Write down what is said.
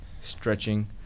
stretching